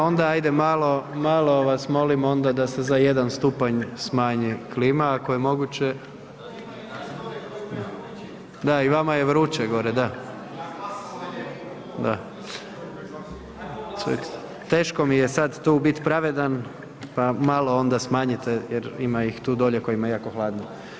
Onda hajde malo vas molim da se za jedan stupanj smanji klima ako je moguće. … [[Upadica se ne razumije.]] Da i vama je vruće gore, da. … [[Upadica se ne razumije.]] Teško mi je sada tu biti pravedan, pa malo onda smanjite jer ima ih tu dolje kojima je jako hladno.